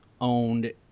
owned